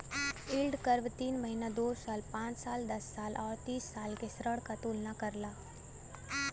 yield curve तीन महीना, दो साल, पांच साल, दस साल आउर तीस साल के ऋण क तुलना करला